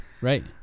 right